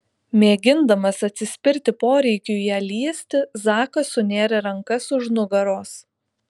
mėgindamas atsispirti poreikiui ją liesti zakas sunėrė rankas už nugaros